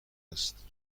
است